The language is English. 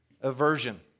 aversion